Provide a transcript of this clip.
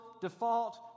default